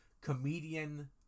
comedian